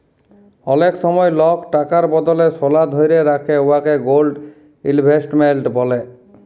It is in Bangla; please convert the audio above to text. অলেক সময় লক টাকার বদলে সলা ধ্যইরে রাখে উয়াকে গোল্ড ইলভেস্টমেল্ট ব্যলে